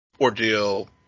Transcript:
ordeal